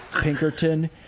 Pinkerton